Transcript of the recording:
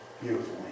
beautifully